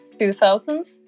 2000s